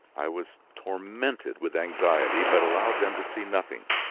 i was tormented with anxiety, but allowed them to see nothing.